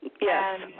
Yes